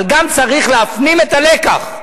אבל גם צריך להפנים את הלקח: